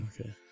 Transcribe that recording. Okay